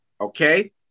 Okay